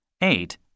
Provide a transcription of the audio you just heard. Eight